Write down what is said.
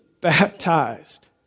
baptized